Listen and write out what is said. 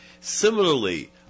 Similarly